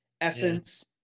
essence